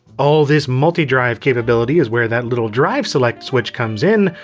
all this multi-drive capability is where that little drive select switch comes in,